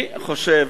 אני חושב,